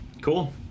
Cool